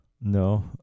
No